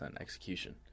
execution